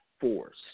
force